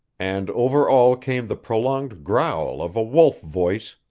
and over all came the prolonged growl of a wolf-voice,